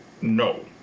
No